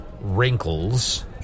wrinkles